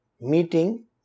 meeting